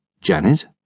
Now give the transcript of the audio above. janet